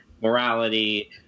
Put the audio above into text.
morality